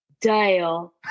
Dial